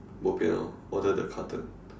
bo pian orh order the carton